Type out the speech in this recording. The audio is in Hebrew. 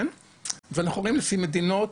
ואנחנו רואים לפי מדינות,